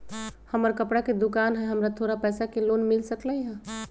हमर कपड़ा के दुकान है हमरा थोड़ा पैसा के लोन मिल सकलई ह?